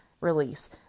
release